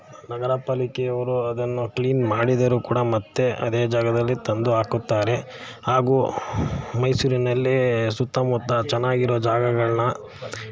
ನಗರ ಪಾಲಿಕೆಯವರು ಅದನ್ನು ಕ್ಲೀನ್ ಮಾಡಿದರೂ ಕೂಡ ಮತ್ತೆ ಅದೇ ಜಾಗದಲ್ಲಿ ತಂದು ಹಾಕುತ್ತಾರೆ ಹಾಗೂ ಮೈಸೂರಿನಲ್ಲಿ ಸುತ್ತ ಮುತ್ತ ಚೆನ್ನಾಗಿರೋ ಜಾಗಗಳನ್ನು